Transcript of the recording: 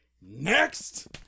next